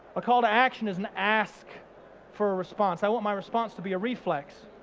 a call to action is an ask for a response. i want my response to be a reflex.